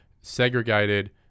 segregated